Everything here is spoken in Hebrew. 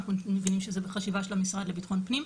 אנחנו מבינים שזה בחשיבה של המשרד לביטחון פנים.